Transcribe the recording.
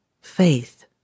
Faith